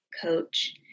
coach